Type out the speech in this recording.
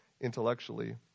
intellectually